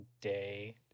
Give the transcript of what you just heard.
day